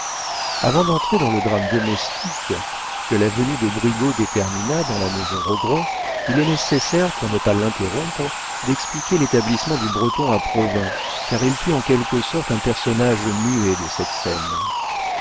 avant d'entrer dans le drame domestique que la venue de brigaut détermina dans la maison rogron il est nécessaire pour ne pas l'interrompre d'expliquer l'établissement du breton à provins car il fut en quelque sorte un personnage muet de cette scène